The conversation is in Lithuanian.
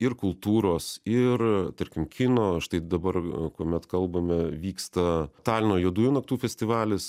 ir kultūros ir tarkim kino štai dabar kuomet kalbame vyksta talino juodųjų naktų festivalis